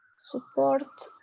support